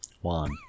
One